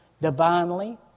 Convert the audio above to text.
divinely